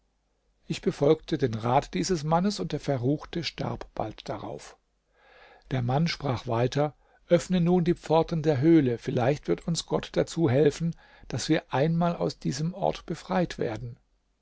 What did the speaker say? ich befolgte den rat dieses mannes und der verruchte starb bald darauf der mann sprach weiter öffne nun die pforten der höhle vielleicht wird uns gott dazu helfen daß wir einmal aus diesem ort befreit werden